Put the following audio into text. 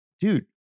dude